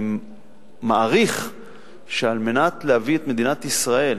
אני מעריך שעל מנת להביא את מדינת ישראל